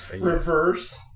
Reverse